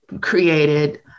created